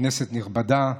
כנסת נכבדה,